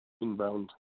inbound